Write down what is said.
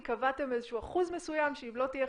כי היא תשובה שלא לוקחת בחשבון שזה יכול להועיל גם אם זה יהיה